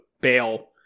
bail